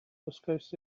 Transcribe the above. dysgais